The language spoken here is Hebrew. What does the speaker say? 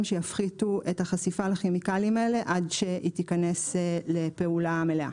שיפחיתו את החשיפה לכימיקלים האלה עד שהיא תיכנה לפעולה מלאה.